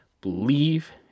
Believe